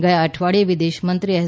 ગયા અઠવાડિયે વિદેશમંત્રી એસ